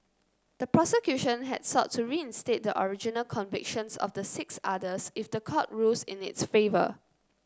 the prosecution had sought to reinstate the original convictions of the six others if the court rules in its favour